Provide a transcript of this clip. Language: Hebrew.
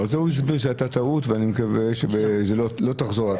זו טעות, ואני מקווה שזה לא יחזור.